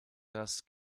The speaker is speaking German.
das